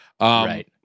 Right